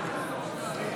בעד